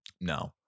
No